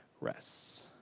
rests